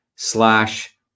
slash